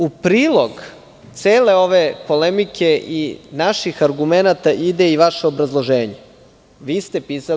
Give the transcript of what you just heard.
U prilog cele ove polemike i naših argumenata ide i vaše obrazloženje koje ste vi pisali.